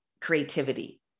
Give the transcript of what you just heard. creativity